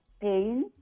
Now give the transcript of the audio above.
pain